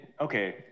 okay